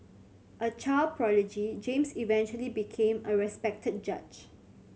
a child prodigy James eventually became a respected judge